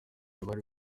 abari